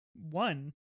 one –